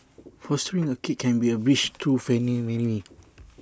fostering A kid can be A bridge too many